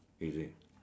is it